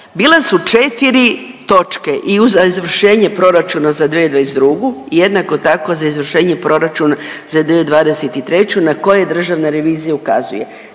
bila su 4 točke i za izvršenje proračuna za 2022. i jednako tako za izvršenje proračuna za 2023. na koje državna revizija ukazuje,